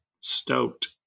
Stoked